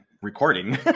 Recording